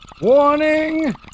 Warning